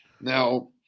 Now